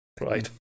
right